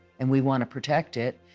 and we want to protect it.